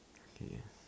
okay